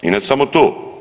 I ne samo to.